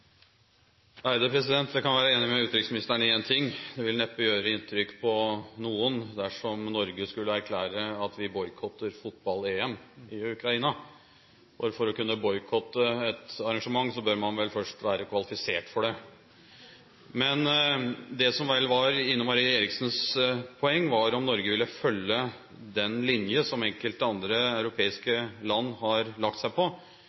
Jeg kan være enig med utenriksministeren i én ting: Det vil neppe gjøre inntrykk på noen dersom Norge skulle erklære at vi boikotter fotball-EM i Ukraina. For å kunne boikotte et arrangement bør man vel først være kvalifisert for det. Men det som vel var Ine M. Eriksen Søreides poeng, var om Norge vil følge den linje som enkelte andre europeiske land har lagt seg på,